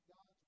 God